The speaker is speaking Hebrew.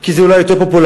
כי זה אולי יותר פופולרי,